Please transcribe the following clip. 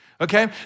Okay